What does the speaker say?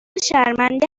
شرمنده